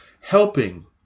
helping